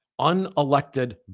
unelected